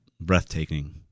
breathtaking